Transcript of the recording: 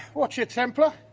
wotcha templar!